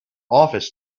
office